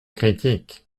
critiques